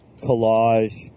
collage